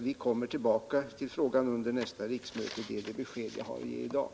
Det besked jag har att ge i dag är att vi kommer tillbaka till frågan under nästa riksmöte.